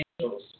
angels